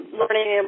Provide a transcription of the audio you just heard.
learning